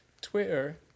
Twitter